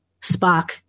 Spock